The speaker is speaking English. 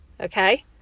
Okay